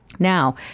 Now